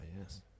yes